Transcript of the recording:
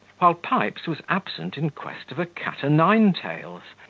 while pipes was absent in quest of a cat-o'-nine-tails,